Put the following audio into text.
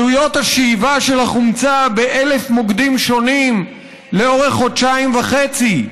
עלויות השאיבה של החומצה ב-1,000 מוקדים שונים לאורך חודשיים וחצי: